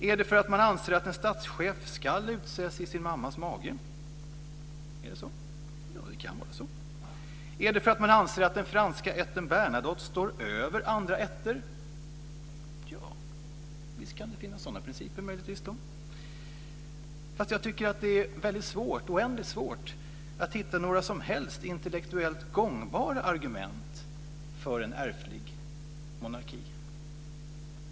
Är det för att man anser att en statschef ska utses i sin mammas mage? Är det så? Det kan vara så. Är det för att man anser att den franska ätten Bernadotte står över andra ätter? Ja, visst kan det möjligtvis finnas sådana principer. Fast jag tycker att det är oändligt svårt att hitta några som helst intellektuellt gångbara argument för en ärftlig monarki.